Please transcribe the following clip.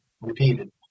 repeated